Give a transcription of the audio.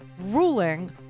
ruling